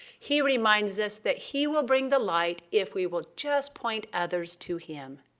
he reminds us that he will bring the light if we will just point others to him.